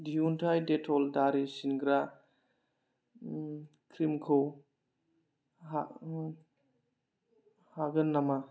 दिहुनथाइ डेट'ल दारि सिनग्रा क्रिमखौ हरफिन्नो हागोन नामा